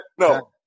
No